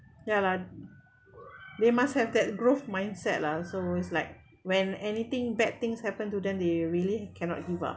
ya lah they must have that growth mindset lah so is like when anything bad things happen to them they really cannot give up